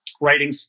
writing